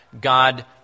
God